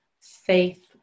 faith